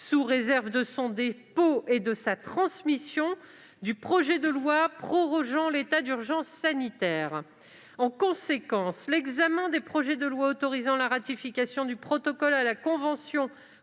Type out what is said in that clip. sous réserve de son dépôt et de sa transmission, du projet de loi prorogeant l'état d'urgence sanitaire. En conséquence, l'examen des projets de loi autorisant la ratification du protocole à la convention relative